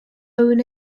own